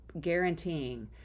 guaranteeing